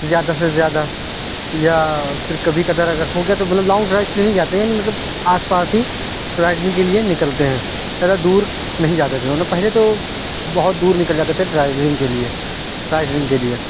زیادہ سے زیادہ یا پھر کبھی کدھار اگر ہو گیا تو لانگ ڈرائیو کے لیے نہیں جاتے ہیں مطلب آس پاس ہی رائڈرنگ کے لیے نکلتے ہیں زیادہ دور نہیں جاتے تھے ورنہ پہلے تو بہت دور نکل جاتے تھے ڈرائیورنگ کے لیے رائڈرنگ کے لیے